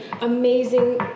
amazing